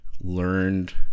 learned